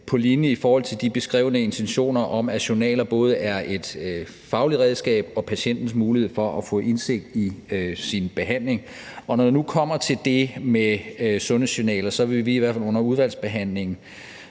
på linje i forhold til de beskrevne intentioner om, at journaler både er et fagligt redskab og patientens mulighed for at få indsigt i sin behandling. Og når jeg nu kommer til det med sundhedsjournaler, vil jeg sige, at vi i hvert fald under udvalgsbehandlingen